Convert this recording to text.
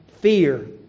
Fear